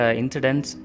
incidents